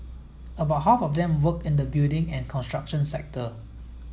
about half of them worked in the building and construction sector